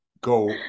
go